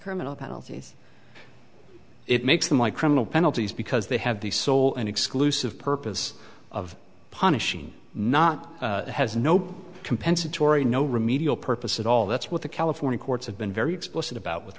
criminal penalties it makes them like criminal penalties because they have the sole and exclusive purpose of punishing not has no compensatory no remedial purpose at all that's what the california courts have been very explicit about with